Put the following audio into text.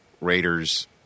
Raiders